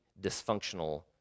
dysfunctional